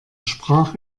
sprach